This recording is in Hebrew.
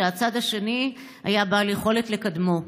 שהצד השני היה בעל יכולת לקדמו.